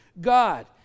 God